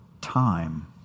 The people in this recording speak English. time